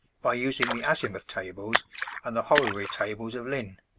by using the azimuth tables and the horary tables of lynn.